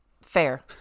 Fair